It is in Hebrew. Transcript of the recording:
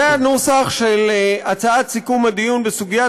זה הנוסח של הצעת סיכום הדיון בסוגיית